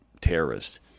terrorist